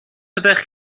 fyddech